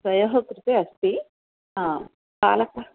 द्वयोः कृते अस्ति बालकः